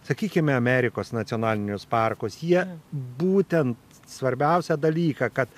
sakykime amerikos nacionalinius parkus jie būtent svarbiausią dalyką kad